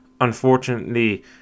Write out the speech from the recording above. unfortunately